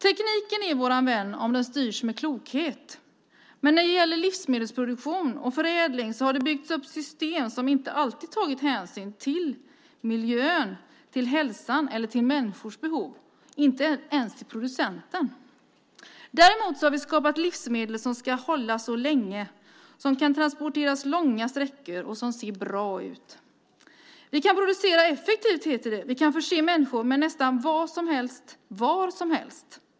Tekniken är vår vän om den styrs med klokhet, men när det gäller livsmedelsproduktion och förädling har det byggts upp system som inte alltid tagit hänsyn till miljön, hälsan och människors behov - inte ens till producenten. Däremot har vi skapat livsmedel som ska hålla länge så att de kan transporteras långa sträckor och dessutom se bra ut. Vi kan producera effektivt, heter det. Vi kan förse människor med nästan vad som helst och var som helst.